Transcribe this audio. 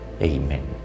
Amen